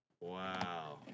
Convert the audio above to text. Wow